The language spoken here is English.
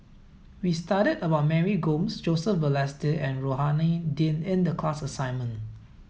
we studied about Mary Gomes Joseph Balestier and Rohani Din in the class assignment